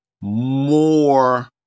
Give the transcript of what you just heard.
more